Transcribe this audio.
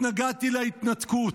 התנגדתי להתנתקות.